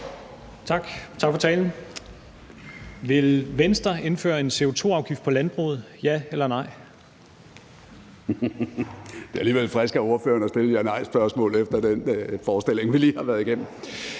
Vil Venstre indføre en CO2-afgift på landbruget – ja eller nej? Kl. 10:08 Jakob Ellemann-Jensen (V): Det er alligevel friskt af ordføreren at stille et ja-nej-spørgsmål efter den forestilling, vi lige har været igennem.